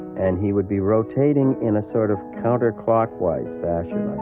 and he would be rotating in a sort of counterclockwise fashion,